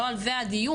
לא על זה הדיון.